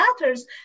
matters